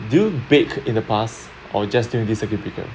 do you bake in the past or just during this circuit breaker